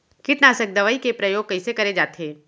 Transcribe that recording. कीटनाशक दवई के प्रयोग कइसे करे जाथे?